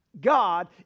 god